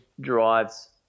drives